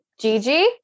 Gigi